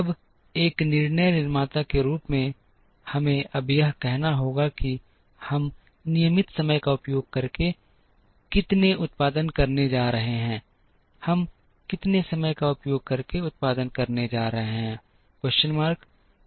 अब एक निर्णय निर्माता के रूप में हमें अब यह कहना होगा कि हम नियमित समय का उपयोग करके कितने उत्पादन करने जा रहे हैं हम कितने समय का उपयोग करके उत्पादन करने जा रहे हैं